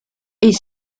est